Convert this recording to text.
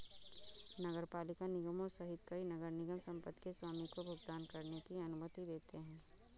नगरपालिका निगमों सहित कई नगर निगम संपत्ति के स्वामी को भुगतान करने की अनुमति देते हैं